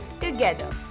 together